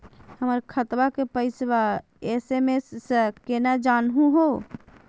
हमर खतवा के पैसवा एस.एम.एस स केना जानहु हो?